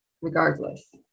Regardless